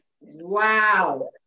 Wow